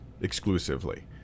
exclusively